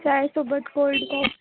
चहासोबत cold coffee